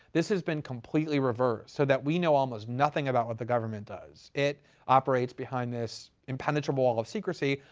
this has been completely reversed, so that we know almost nothing about what the government does. it operates behind this impenetrable wall of secrecy,